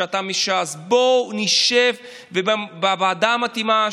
שאתה מש"ס: בואו נשב בוועדה המתאימה,